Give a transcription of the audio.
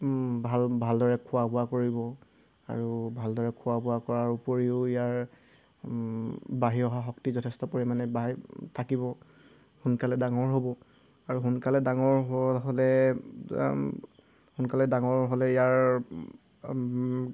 ভাল ভালদৰে খোৱা বোৱা কৰিব আৰু ভালদৰে খোৱা বোৱা কৰাৰ উপৰিও ইয়াৰ বাঢ়ি অহা শক্তি যথেষ্ট পৰিমাণে থাকিব সোনকালে ডাঙৰ হ'ব আৰু সোনকালে ডাঙৰ হ'লে সোনকালে ডাঙৰ হ'লে ইয়াৰ